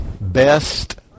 Best